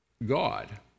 God